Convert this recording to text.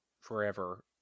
forever